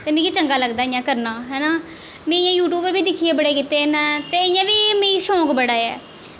ते मिगी चंगा लगदा इ'यां करना है ना में इ'यां यूट्यूब उप्पर दिक्खियै बड़े कीते दे न ते इ'यां बी मिगी शौंक बड़ा ऐ